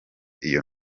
iyo